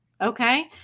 Okay